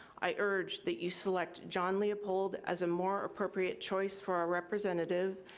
i urge that you select john leopold as a more appropriate choice for our representative.